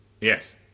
Yes